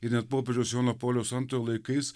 ir net popiežiaus jono pauliaus antrojo laikais